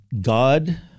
God